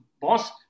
boss